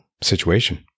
situation